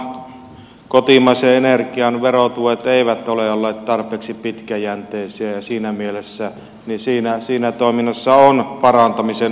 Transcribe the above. varmaan kotimaisen energian verotuet eivät ole olleet tarpeeksi pitkäjänteisiä ja siinä mielessä siinä toiminnassa on parantamisen varaa